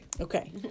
Okay